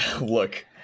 Look